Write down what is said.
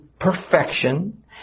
perfection